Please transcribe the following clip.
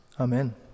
Amen